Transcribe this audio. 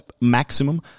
maximum